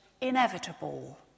inevitable